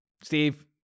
Steve